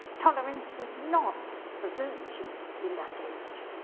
tolerance was not a virtue in that age.